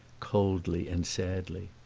coldly and sadly.